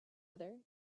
other